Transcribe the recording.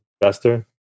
investor